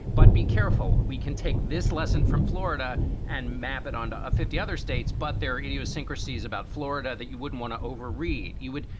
but be careful. we can take this lesson from florida and map it onto fifty other states. but there are idiosyncrasies about florida that you wouldn't want to overread. you would.